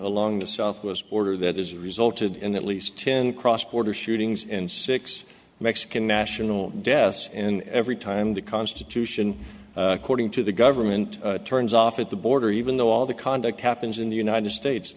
along the southwest border that has resulted in at least ten cross border shootings and six mexican national deaths in every time the constitution cording to the government turns off at the border even though all the conduct happens in the united states